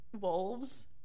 wolves